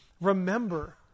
remember